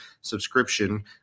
subscription